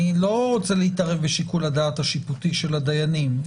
אני לא רוצה להתערב בשיקול הדעת השיפוטי של הדיינים,